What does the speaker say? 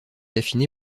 affiné